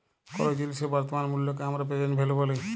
কোলো জিলিসের বর্তমান মুল্লকে হামরা প্রেসেন্ট ভ্যালু ব্যলি